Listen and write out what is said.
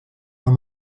non